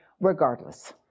regardless